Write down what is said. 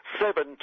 seven